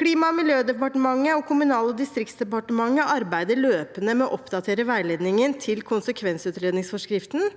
Klima- og miljødepartementet og Kommunal- og distriktsdepartementet arbeider løpende med å oppdatere veiledningen til konsekvensutredningsforskriften